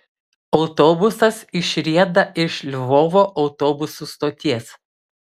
autobusas išrieda iš lvovo autobusų stoties